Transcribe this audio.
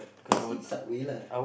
just eat Subway lah